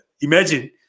imagine